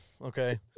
Okay